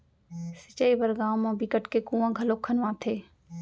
सिंचई बर गाँव म बिकट के कुँआ घलोक खनवाथे